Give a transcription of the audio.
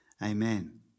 Amen